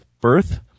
birth